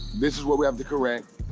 this is what we have to correct.